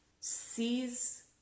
sees